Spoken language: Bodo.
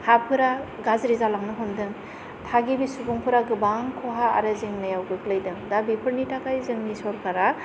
हाफोरा गाज्रि जालांनो हमदों थागिबि सुबुंफोरा गोबां खहा आरो जेंनायाव गोग्लैदों दा बेफोरनि थाखाय जोंनि सरखारा